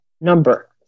number